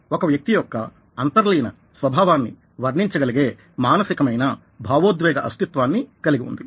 ఒక వ్యక్తి యొక్క అంతర్లీన స్వభావాన్ని వర్ణించగలిగే మానసికమైన భావోద్వేగ అస్థిత్వాన్ని కలిగి వుంది